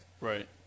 Right